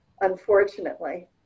unfortunately